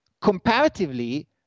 comparatively